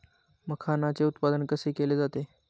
मखाणाचे उत्पादन कसे केले जाते?